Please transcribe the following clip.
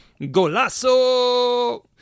Golasso